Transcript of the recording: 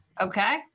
Okay